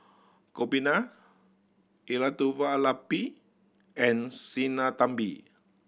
Gopinath Elattuvalapil and Sinnathamby